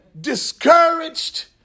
discouraged